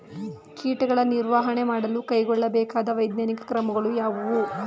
ಕೀಟಗಳ ನಿರ್ವಹಣೆ ಮಾಡಲು ಕೈಗೊಳ್ಳಬೇಕಾದ ವೈಜ್ಞಾನಿಕ ಕ್ರಮಗಳು ಯಾವುವು?